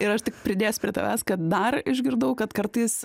ir aš tik pridėsiu prie tavęs kad dar išgirdau kad kartais